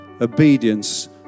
Obedience